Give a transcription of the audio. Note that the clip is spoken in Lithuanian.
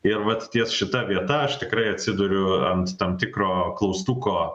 ir vat ties šita vieta aš tikrai atsiduriu ant tam tikro klaustuko